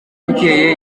bukeye